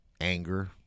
anger